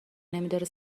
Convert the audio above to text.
نمیداره